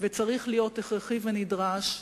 וצריך להיות הכרחי ונדרש,